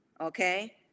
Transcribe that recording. Okay